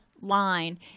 line